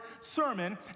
sermon